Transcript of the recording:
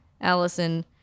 Allison